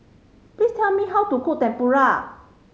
please tell me how to cook Tempura